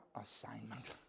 assignment